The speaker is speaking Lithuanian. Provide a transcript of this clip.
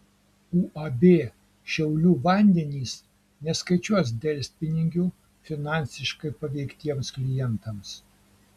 uab šiaulių vandenys neskaičiuos delspinigių finansiškai paveiktiems klientams